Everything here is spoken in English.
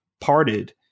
parted